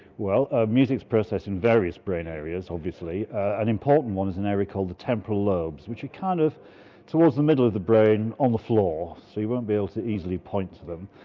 ah music is processed in various brain areas obviously. an important one is an area called the temporal lobes which are kind of towards the middle of the brain on the floor, so you won't be able to easily point to them.